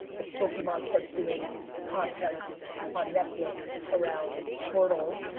if pokemon starts doing content on netflix around squirtle,